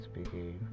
speaking